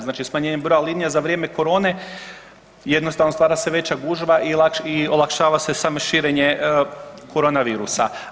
Znači smanjenjem broja linija za vrijeme korone jednostavno stvara se veća gužva i olakšava se samo širenje korona virusa.